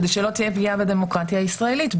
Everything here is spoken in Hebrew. כדי שלא תהיה פגיעה בדמוקרטיה הישראלית,